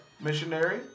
Missionary